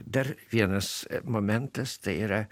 dar vienas momentas tai yra